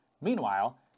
Meanwhile